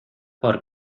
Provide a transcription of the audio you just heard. por